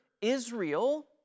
Israel